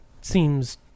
seems